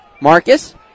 Marcus